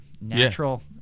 natural